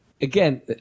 again